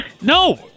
no